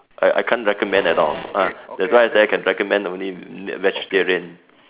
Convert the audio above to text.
I I can't recommend at all ah that's why I say I can recommend only vegetarian